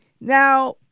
now